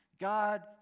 God